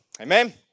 Amen